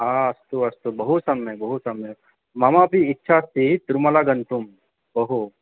अस्तु अस्तु बहु सम्यक् बहु सम्यक् ममापि इच्छा अस्ति तिरुमला गन्तुं बहु